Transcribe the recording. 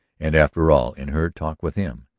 and, after all, in her talk with him,